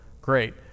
great